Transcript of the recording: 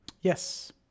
Yes